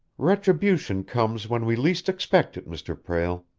retribution comes when we least expect it, mr. prale.